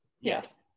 Yes